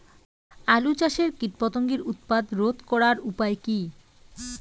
আলু চাষের কীটপতঙ্গের উৎপাত রোধ করার উপায় কী?